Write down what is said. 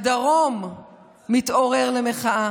הדרום מתעורר למחאה,